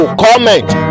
comment